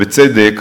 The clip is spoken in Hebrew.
בצדק,